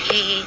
Hey